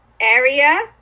area